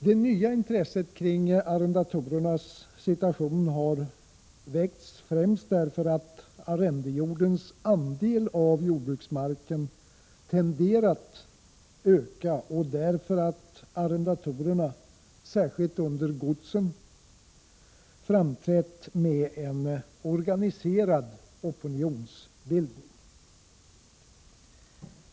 Det nya intresset kring arrendatorernas situation har väckts främst därför att arrendejordens andel av jordbruksmarken tenderat öka och därför att arrendatorerna, särskilt under godsen, framträtt med organiserad opinionsbildning.